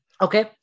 okay